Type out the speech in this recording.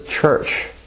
church